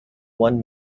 one